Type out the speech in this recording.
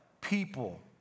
People